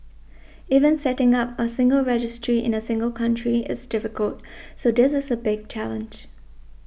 even setting up a single registry in a single country is difficult so this is a big challenge